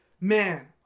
man